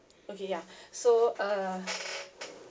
okay ya so uh